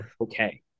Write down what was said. okay